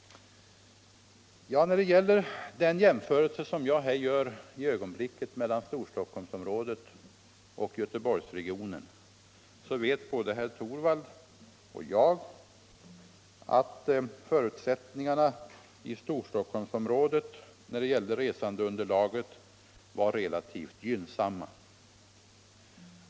När det gäller den jämförelse jag här gör för ögonblicket, mellan Storstockholmsområdet och Göteborgsregionen, vet både herr Torwald och jag att förutsättningarna i Storstockholmsområdet beträffande resandeunderlaget varit relativt gynnsamma.